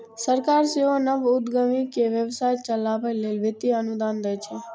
सरकार सेहो नव उद्यमी कें व्यवसाय चलाबै लेल वित्तीय अनुदान दै छै